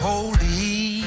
Holy